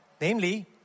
namely